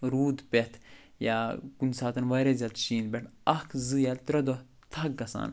روٗد پٮ۪تھ یا کُنہِ ساتَن واریاہ زیادٕ شیٖن پٮ۪تھ اَکھ زٕ یا ترٛےٚ دوہ تھک گژھان